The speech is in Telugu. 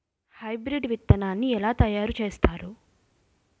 హైబ్రిడ్ విత్తనాన్ని ఏలా తయారు చేస్తారు?